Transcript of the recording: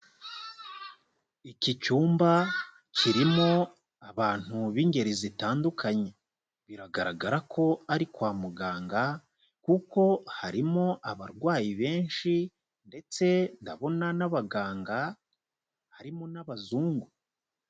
Iki cyumba kirimo abantu b'ingeri zitandukanye, biragaragara ko ari kwa muganga kuko harimo abarwayi benshi ndetse ndabona n'abaganga harimo n'abazungu.